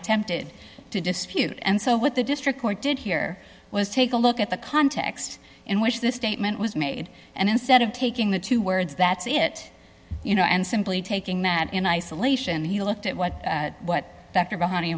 attempted to dispute and so what the district court did here was take a look at the context in which this statement was made and instead of taking the two words that's it you know and simply taking that in isolation he looked at what